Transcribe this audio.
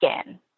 skin